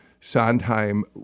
Sondheim